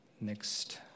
Next